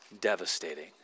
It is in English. devastating